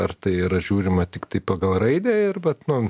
ar tai yra žiūrima tiktai pagal raidę ir vat nu